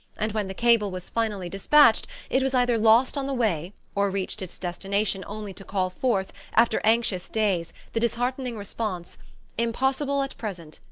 and when the cable was finally dispatched it was either lost on the way, or reached its destination only to call forth, after anxious days, the disheartening response impossible at present.